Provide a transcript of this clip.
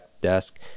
desk